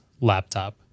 laptop